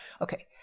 Okay